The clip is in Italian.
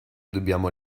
dobbiamo